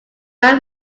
might